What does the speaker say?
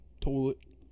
Toilet